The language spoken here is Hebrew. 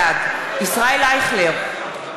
בעד ישראל אייכלר,